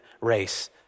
race